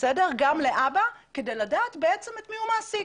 גם להבא כדי לדעת את מי הוא מעסיק.